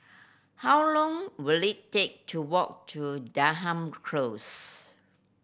how long will it take to walk to Denham Close